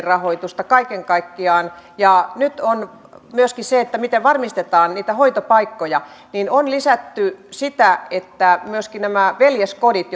rahoitusta kaiken kaikkiaan nyt on myöskin se miten varmistetaan niitä hoitopaikkoja on lisätty sitä että myöskin nämä veljeskodit